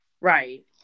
Right